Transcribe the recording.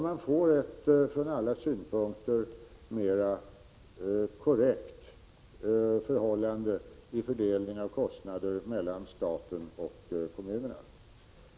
Man får ett från alla synpunkter mera korrekt förhållande i fördelningen av kostnader mellan staten och kommunerna.